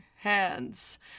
hands